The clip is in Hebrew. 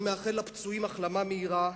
אני מאחל לפצועים החלמה מהירה,